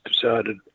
decided